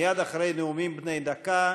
מייד אחרי נאומים בני דקה